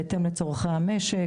בהתאם לצורכי המשק.